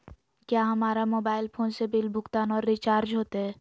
क्या हमारा mobile phone से बिल भुगतान और रिचार्ज होते?